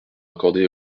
accordée